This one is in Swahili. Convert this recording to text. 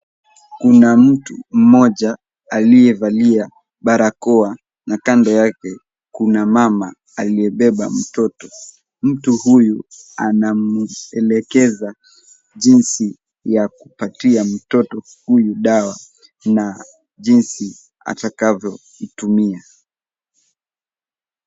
Kuna mtu mmoja aliyevalia barakoa na kando yake kuna mama aliyebeba mtoto. Mtu huyu anamuelekeza jinsi ya kupatia mtoto huyu dawa na jinsi atakavyomtumia.